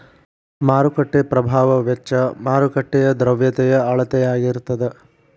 ಮಾರುಕಟ್ಟೆ ಪ್ರಭಾವ ವೆಚ್ಚ ಮಾರುಕಟ್ಟೆಯ ದ್ರವ್ಯತೆಯ ಅಳತೆಯಾಗಿರತದ